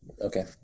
Okay